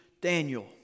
Daniel